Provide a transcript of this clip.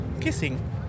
kissing